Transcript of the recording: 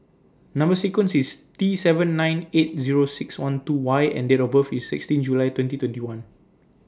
Number sequence IS T seven nine eight Zero six one two Y and Date of birth IS sixteen July twenty twenty one